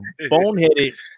boneheaded